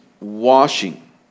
washing